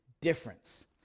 difference